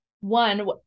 one